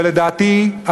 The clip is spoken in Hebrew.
לדעתי,